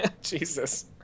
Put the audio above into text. jesus